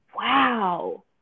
Wow